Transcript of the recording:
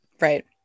Right